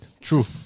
True